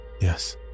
Yes